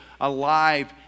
alive